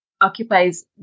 occupies